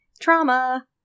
trauma